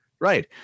Right